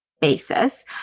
basis